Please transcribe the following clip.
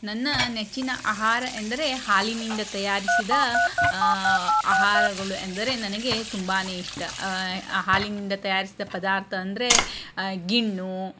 ನನ್ನ ನೆಚ್ಚಿನ ಆಹಾರ ಎಂದರೆ ಹಾಲಿನಿಂದ ತಯಾರಿಸಿದ ಆಹಾರಗಳು ಎಂದರೆ ನನಗೆ ತುಂಬಾ ಇಷ್ಟ ಹಾಲಿನಿಂದ ತಯಾರಿಸಿದ ಪದಾರ್ಥ ಅಂದರೆ ಗಿಣ್ಣು